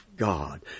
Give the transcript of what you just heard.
God